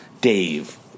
Dave